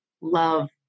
love